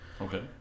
okay